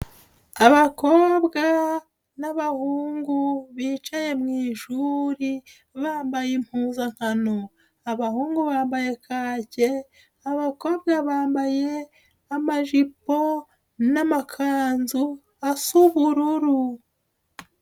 Abakobwa n'abahungu bicaye mu ishuri bambaye impuzankano. Abahungu bambaye kake, abakobwa bambaye amajipo n'amakanzu asa ubururu.